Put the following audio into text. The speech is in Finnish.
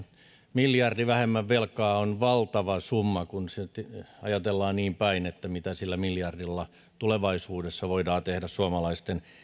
miljardi vähemmän velkaa on valtava summa kun ajatellaan niinpäin mitä sillä miljardilla tulevaisuudessa voidaan tehdä suomalaisten